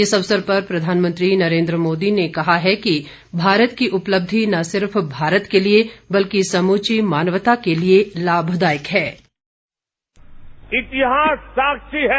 इस अवसर पर प्रधानमंत्री नरेन्द्र मोदी ने कहा है कि भारत की उपलब्धि न सिर्फ भारत के लिए बल्कि समूची मानवता के लिए लाभदायक है